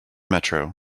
metro